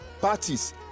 parties